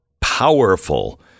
powerful